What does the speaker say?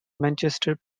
manchester